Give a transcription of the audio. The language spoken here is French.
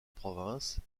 provinces